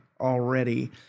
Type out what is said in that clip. already